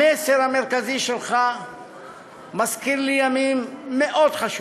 המסר המרכזי שלך מזכיר לי ימים מאוד חשובים: